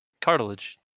Cartilage